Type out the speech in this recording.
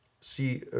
see